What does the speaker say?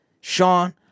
Sean